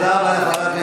תודה רבה.